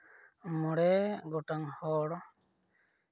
ᱢᱚᱬᱮ ᱜᱚᱴᱟᱝ ᱦᱚᱲ